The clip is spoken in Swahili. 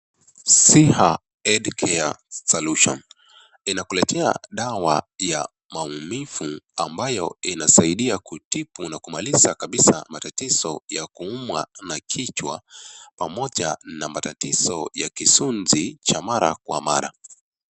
Siha(cs) Headcare Solution(cs) inakuletea dawa ya maumivu ambayo inasaidia kutibu na kumaliza kabisa matatizo ya kuumwa na kichwa pamoja na matatizo ya kisuzi cha mara kwa mara.